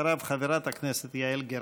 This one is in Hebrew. אחריו, חברת הכנסת יעל גרמן.